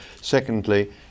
Secondly